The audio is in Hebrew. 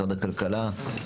הכלכלה,